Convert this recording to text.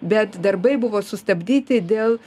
bet darbai buvo sustabdyti dėl